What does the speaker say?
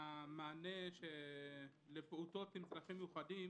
המענה לפעוטות עם צרכים מיוחדים